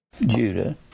Judah